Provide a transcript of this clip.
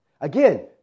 Again